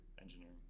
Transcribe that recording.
engineering